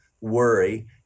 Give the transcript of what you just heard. worry